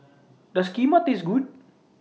Does Kheema Taste Good